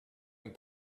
and